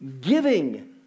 giving